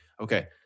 okay